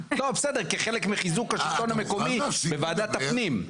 כחלק מחיזוק השלטון המקומי בוועדת הפנים.